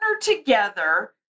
together